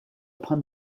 upon